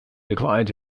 declined